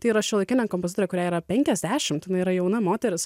tai yra šiuolaikinių kompozitorių kurie yra penkiasdešimt jinai yra jauna moteris